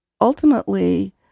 ultimately